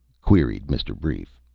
queried mr. brief.